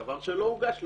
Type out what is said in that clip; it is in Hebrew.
דבר שלא הוגש לנו,